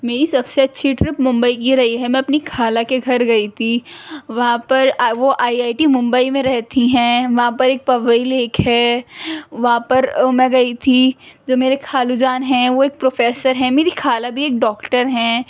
میری سب سے اچھی ٹرپ ممبئی کی رہی ہے میں اپنی خالہ کے گھر گئی تھی وہاں پر وہ آئی آئی ٹی ممبئی میں رہتی ہیں وہاں پر ایک پویل لیک ہے وہاں پر میں گئی تھی جو میرے خالو جان ہیں وہ ایک پروفیسر ہیں میری خالہ بھی ایک ڈاکٹر ہیں